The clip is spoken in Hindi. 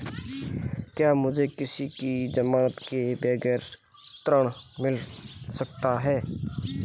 क्या मुझे किसी की ज़मानत के बगैर ऋण मिल सकता है?